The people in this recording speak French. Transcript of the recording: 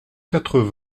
quatre